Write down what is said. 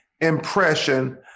impression